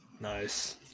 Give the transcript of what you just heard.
nice